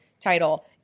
title